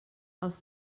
els